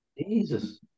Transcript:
Jesus